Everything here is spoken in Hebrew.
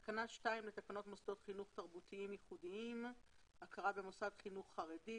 תקנה 2 לתקנות מוסדות חינוך תרבותיים ייחודים (הכרה במוסד חינוך חרדי),